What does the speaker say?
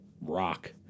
rock